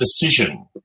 decision